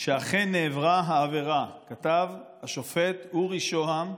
שאכן נעברה העבירה", כתב השופט אורי שהם,